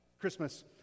christmas